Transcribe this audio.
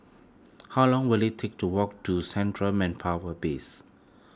how long will it take to walk to Central Manpower Base